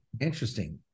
Interesting